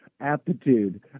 aptitude